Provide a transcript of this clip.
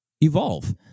evolve